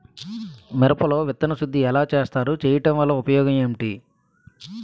మిరప లో విత్తన శుద్ధి ఎలా చేస్తారు? చేయటం వల్ల ఉపయోగం ఏంటి?